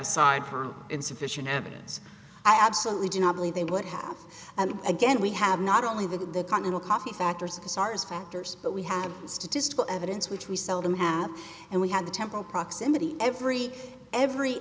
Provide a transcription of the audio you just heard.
aside from insufficient evidence i absolutely do not believe they would have and again we have not only the continental coffee factors of the sars factors but we have statistical evidence which we seldom have and we have the temporal proximity every every